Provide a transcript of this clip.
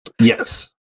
Yes